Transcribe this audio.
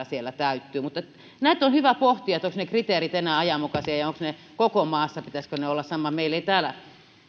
siellä täyttyy näitä on hyvä pohtia että ovatko ne kriteerit enää ajanmukaisia ja pitääkö niiden koko maassa olla samat meillä ei täällä